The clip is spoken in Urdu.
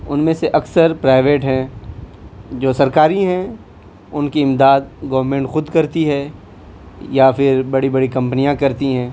ان میں سے اکثر پرائیویٹ ہیں جو سرکاری ہیں ان کی امداد گورنمنٹ خود کرتی ہے یا پھر بڑی بڑی کمپنیاں کرتی ہیں